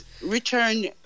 return